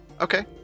Okay